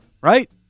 right